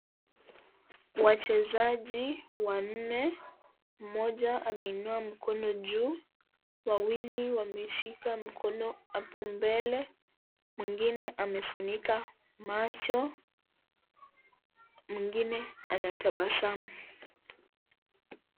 Wachezaji wanne, mmoja ameinua mkono juu, wawili wameshika mkono hapo mbele, mwingine amefunika macho ,mwingine anatabasamu.